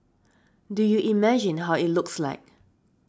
do you imagine how it looks like